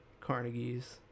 Carnegies